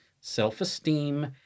self-esteem